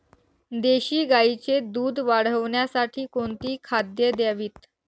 देशी गाईचे दूध वाढवण्यासाठी कोणती खाद्ये द्यावीत?